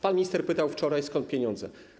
Pan minister pytał wczoraj, skąd brać pieniądze.